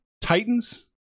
Titans